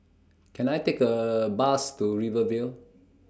Can I Take A Bus to Rivervale